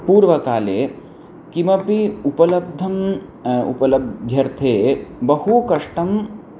पूर्वकाले किमपि उपलब्धम् उपलब्ध्यर्थं बहु कष्टं